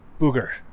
Booger